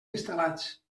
instal·lats